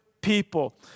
People